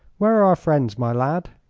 where are our friends, my lad?